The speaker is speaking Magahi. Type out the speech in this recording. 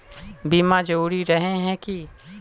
बीमा जरूरी रहे है की?